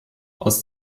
aus